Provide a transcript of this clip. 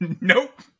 Nope